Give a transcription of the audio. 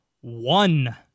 One